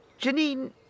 Janine